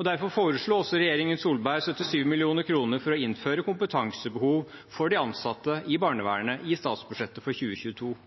Derfor foreslo regjeringen Solberg 77 mill. kr for å innføre kompetansebehov for de ansatte i